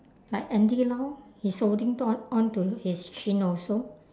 like andy lau he's holding to~ on to his chin also